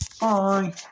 Bye